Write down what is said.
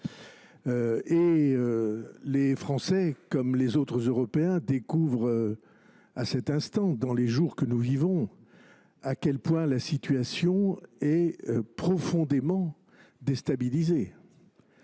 Les Français comme les autres Européens découvrent en cet instant, dans les jours que nous vivons, à quel point la situation est profondément déstabilisée.